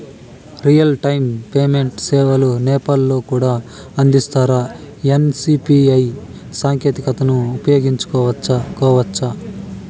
Real time payment సేవలు నేపాల్ లో కూడా అందిస్తారా? ఎన్.సి.పి.ఐ సాంకేతికతను ఉపయోగించుకోవచ్చా కోవచ్చా?